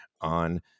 on